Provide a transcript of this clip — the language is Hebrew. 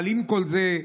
עם כל זה,